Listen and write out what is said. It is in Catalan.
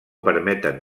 permeten